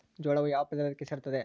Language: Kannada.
ಜೋಳವು ಯಾವ ಪ್ರಭೇದಕ್ಕೆ ಸೇರುತ್ತದೆ?